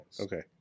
okay